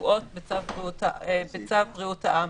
קבועות בצו בריאות העם.